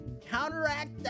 counteract